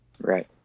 Right